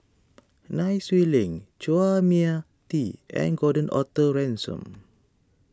Nai Swee Leng Chua Mia Tee and Gordon Arthur Ransome